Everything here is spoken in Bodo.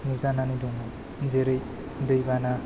नुजानानै दं जेरै दै बाना